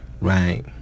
Right